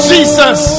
Jesus